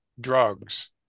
drugs